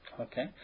Okay